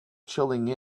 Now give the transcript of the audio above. chilling